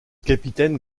capitaine